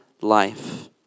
life